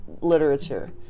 literature